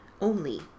only